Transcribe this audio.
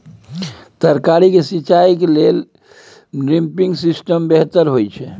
तरकारी के सिंचाई के लेल ड्रिपिंग सिस्टम बेहतर होए छै?